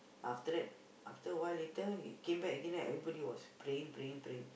after that after a while later he came back again right everyone was praying praying praying